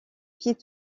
pieds